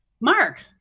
Mark